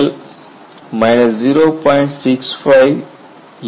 7exp 0